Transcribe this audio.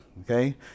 Okay